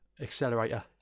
accelerator